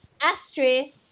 asterisk